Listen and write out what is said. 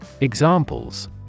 Examples